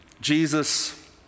Jesus